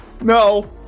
No